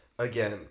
Again